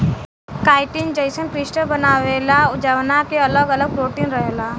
chitin जईसन crystal बनावेला जवना के अगल अगल प्रोटीन रहेला